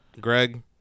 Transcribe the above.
Greg